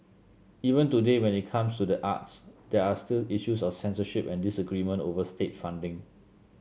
even today when it comes to the arts there are still issues of censorship and disagreement over state funding